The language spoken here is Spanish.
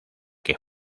que